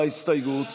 ההסתייגות (27)